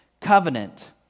covenant